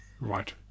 right